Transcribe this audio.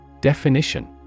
Definition